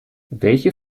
welche